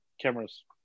cameras